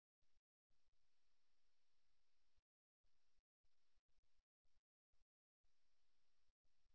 45 degree திறந்த நிலை எனப்படுவதைப் பார்ப்போம் இந்த திறந்த நிலையில் மூன்று நபர்களின் நடத்தை பார்க்கப்பட வேண்டும் என்பதைக் காண்கிறோம்